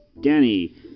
Danny